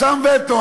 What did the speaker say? שם וטו.